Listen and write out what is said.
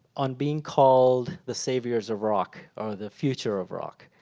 on being called the saviors of rock, or the future of rock